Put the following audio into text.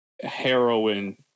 heroin